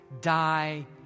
die